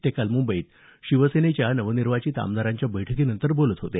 ते काल मुंबईत शिवसेनेच्या नवनिर्वाचित आमदारांच्या बैठकीनंतर बोलत होते